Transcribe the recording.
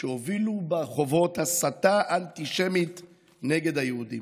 שהובילו ברחובות הסתה אנטישמית נגד היהודים.